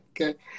okay